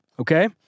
Okay